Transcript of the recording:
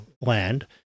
land